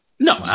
No